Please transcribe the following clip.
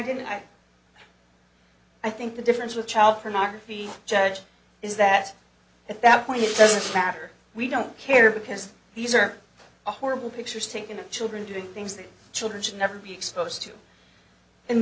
didn't i i think the difference with child pornography charge is that at that point it doesn't matter we don't care because these are horrible pictures taken of children doing things that children should never be exposed to in